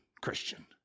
Christian